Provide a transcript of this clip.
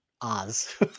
Oz